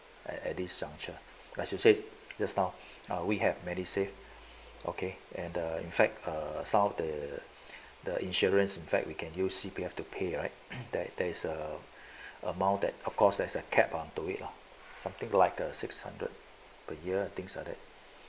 at at this juncture like you say just now we have MediSave okay and the in fact err some of the the insurance in fact we can use C_P_F to pay right that there is a amount that of course there's a cap onto it lah something like a six hundred per year things like that